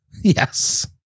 yes